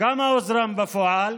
כמה הוזרם בפועל?